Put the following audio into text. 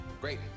Great